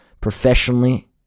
professionally